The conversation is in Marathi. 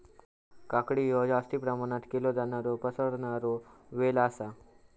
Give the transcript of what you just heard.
काकडी हयो जास्ती प्रमाणात केलो जाणारो पसरणारो वेल आसा